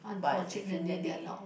but finally